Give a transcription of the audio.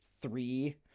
three